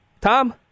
Tom